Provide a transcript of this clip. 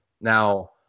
Now